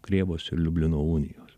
krėvos ir liublino unijos